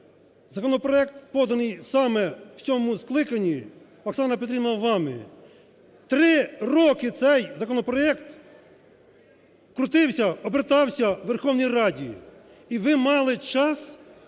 Законопроект поданий саме в цьому скликанні, Оксана Петрівна, вами. Три роки цей законопроект крутився, обертався у Верховній Раді, і ви мали час